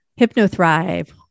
HypnoThrive